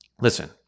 Listen